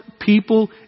people